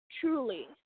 truly